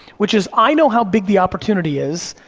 which is, i know how big the opportunity is,